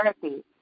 therapy